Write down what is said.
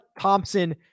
Thompson